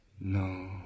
No